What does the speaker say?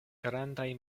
grandaj